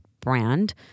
brand